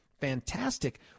fantastic